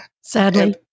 Sadly